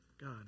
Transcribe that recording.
God